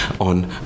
on